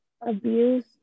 abuse